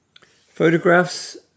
Photographs